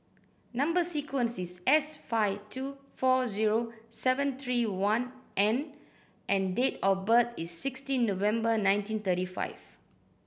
number sequence is S five two four zero seven three one N and date of birth is sixteen November nineteen thirty five